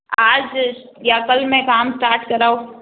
आज या कल में काम स्टार्ट कराओ